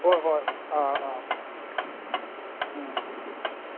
ꯍꯣꯏ ꯍꯣꯏ ꯑ ꯑ ꯎꯝ